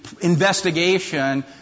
investigation